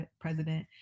president